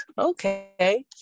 okay